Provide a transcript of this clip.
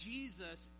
Jesus